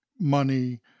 money